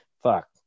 Fuck